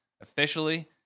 officially